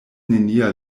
nenia